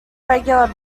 regular